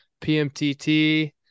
PMTT